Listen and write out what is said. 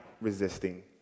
resisting